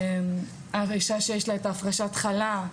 האישה שיש לה את הפרשת החלה,